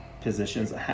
positions